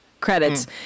credits